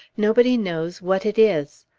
nobody knows what it is.